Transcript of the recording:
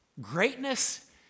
Greatness